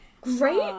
Great